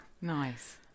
nice